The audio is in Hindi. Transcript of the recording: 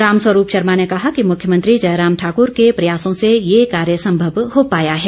रामस्वरूप शर्मा ने कहा कि मुख्यमंत्री जयराम ठाकुर के प्रयासों से ये कार्य संभव हो पाया है